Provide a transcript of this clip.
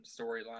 storyline